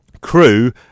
crew